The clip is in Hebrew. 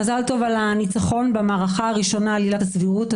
מזל טוב על הניצחון במערכה הראשונה על עילת הסבירות.